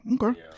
Okay